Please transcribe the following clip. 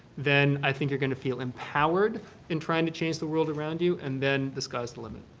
then i think you're going to feel empowered in trying to change the world around you, and then the sky's the limit.